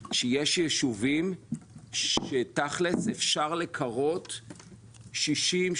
היא שיש יישובים שאפשר לקרות 60%,